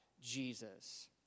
Jesus